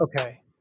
Okay